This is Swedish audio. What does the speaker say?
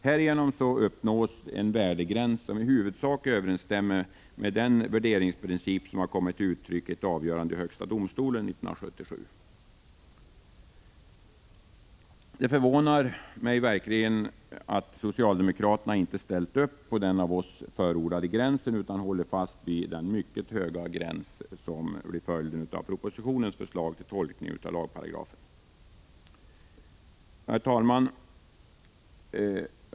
Härigenom uppnås en värdegräns som i huvudsak överensstämmer med den värderingsprincip som har kommit till uttryck i ett avgörande av högsta domstolen 1977. Det förvånar mig verkligen att socialdemokraterna inte ställt upp på den av oss förordade gränsen utan håller fast vid den mycket höga gräns som blir följden av propositionens motivskrivning till denna paragraf. Herr talman!